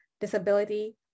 disability